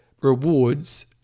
rewards